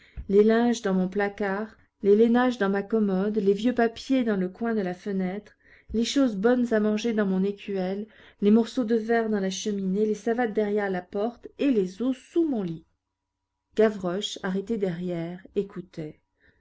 les linges dans mon placard les lainages dans ma commode les vieux papiers dans le coin de la fenêtre les choses bonnes à manger dans mon écuelle les morceaux de verre dans la cheminée les savates derrière la porte et les os sous mon lit gavroche arrêté derrière écoutait